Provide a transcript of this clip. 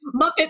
Muppet